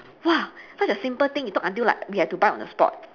ya such a simple thing you talk until like we have to buy on the spot